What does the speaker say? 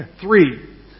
three